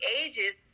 ages